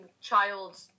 child